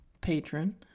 patron